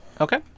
Okay